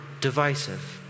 divisive